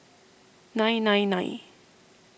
nine nine nine